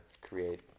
create